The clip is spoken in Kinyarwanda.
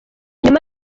nyuma